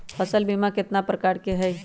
फसल बीमा कतना प्रकार के हई?